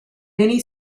many